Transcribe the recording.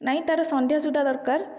ନାଇ ତାର ସନ୍ଧ୍ୟା ସୁଦ୍ଧା ଦରକାର